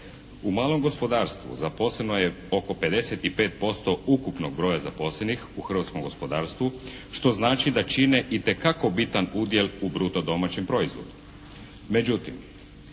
U malom gospodarstvu zaposleno je oko 55% ukupnog broja zaposlenih u hrvatskom gospodarstvu što znači da čine itekako bitan udjel u bruto domaćem proizvodu.